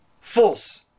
false